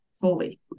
fully